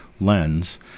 lens